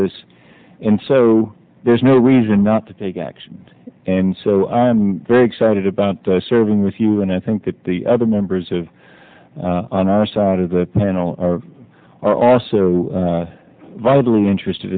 this and so there's no reason not to take action and so i'm very excited about serving with you and i think that the other members of on our side of the panel also vitally interested